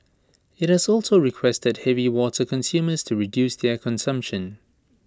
IT has also requested heavy water consumers to reduce their consumption